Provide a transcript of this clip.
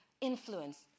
influence